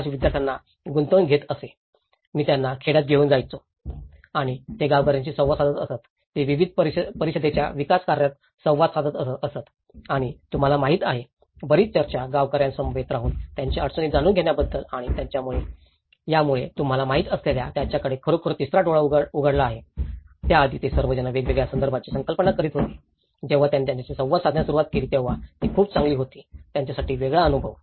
arch विद्यार्थ्यांना गुंतवून घेत असे मी त्यांना खेड्यात घेऊन जायला हवे आणि ते गावकऱ्याशी संवाद साधत असत ते विविध परिषदेच्या विकास कार्यात संवाद साधत असत आणि तुम्हाला माहिती आहे बरीच चर्चा गावकऱ्या समवेत राहून त्यांच्या अडचणी जाणून घेतल्याबद्दल आणि यामुळे तुम्हाला माहित असलेल्या त्यांच्यासाठी खरोखरच तिसरा डोळा उघडला आहे त्याआधी ते सर्वजण वेगळ्या संदर्भाची कल्पना करीत होते जेव्हा त्यांनी त्याशी संवाद साधण्यास सुरवात केली तेव्हा ती खूपच चांगली होती त्यांच्यासाठी वेगळा अनुभव